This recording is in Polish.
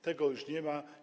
Tego już nie ma.